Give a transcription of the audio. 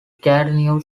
gatineau